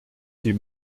die